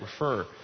refer